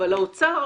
אבל האוצר,